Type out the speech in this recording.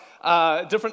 Different